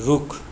रुख